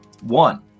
One